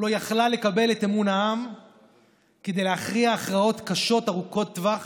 לא הייתה יכולה לקבל את אמון העם כדי להכריע הכרעות קשות ארוכות טווח